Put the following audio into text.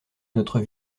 notre